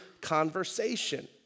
conversation